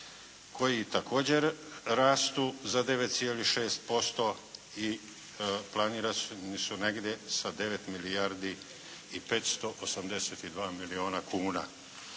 koji također rastu za 9,6% i planirani su negdje sa 9 milijardi i 582 milijuna kuna.